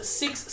six